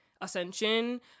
ascension